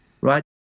right